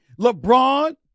LeBron